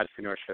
entrepreneurship